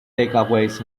takeaways